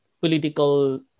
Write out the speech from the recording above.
political